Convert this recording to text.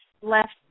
left